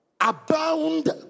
abound